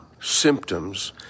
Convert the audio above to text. symptoms